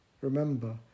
remember